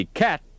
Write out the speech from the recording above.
cat